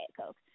Coke